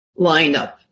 lineup